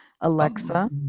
alexa